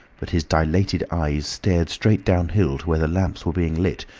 but his dilated eyes stared straight downhill to where the lamps were being lit,